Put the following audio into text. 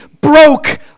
broke